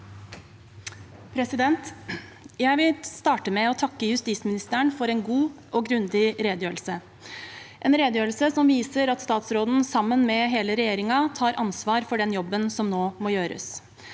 Jeg vil starte med å takke justisministeren for en god og grundig redegjørelse, en redegjørelse som viser at statsråden, sammen med hele regjeringen, tar ansvar for den jobben som nå må gjøres.